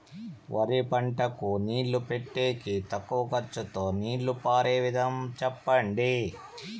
వరి పంటకు నీళ్లు పెట్టేకి తక్కువ ఖర్చుతో నీళ్లు పారే విధం చెప్పండి?